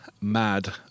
Mad